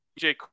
DJ